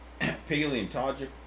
paleontologic